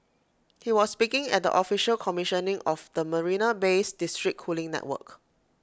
he was speaking at the official commissioning of the marina Bay's district cooling network